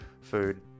food